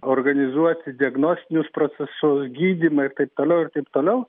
organizuoti diagnostinius procesus gydymą ir taip toliau ir taip toliau